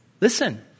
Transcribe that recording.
listen